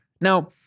Now